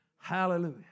Hallelujah